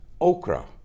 okra